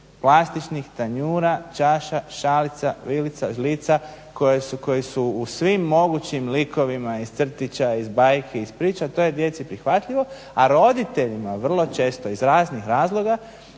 plastičnih tanjura, čaša, šalica, vilica, žlica koji su u svim mogućim likovima iz crtića, iz bajki, iz priča, to je djeci prihvatljivo, a roditeljima vrlo često iz raznih razloga